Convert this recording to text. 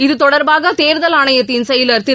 இது தொடர்பாக தேர்தல் ஆணையத்தின் செயலர் திரு